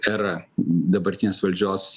era dabartinės valdžios